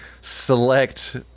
select